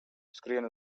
skrien